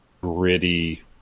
gritty